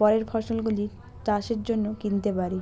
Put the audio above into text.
পরের ফসলগুলি চাষের জন্য কিনতে পারি